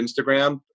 Instagram